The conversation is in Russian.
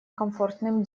комфортным